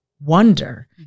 wonder